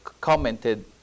commented